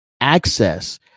access